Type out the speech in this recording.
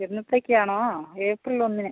എന്നത്തേക്കാണോ April ഒന്നിന്